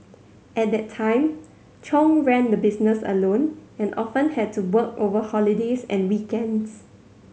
at that time Chung ran the business alone and often had to work over holidays and weekends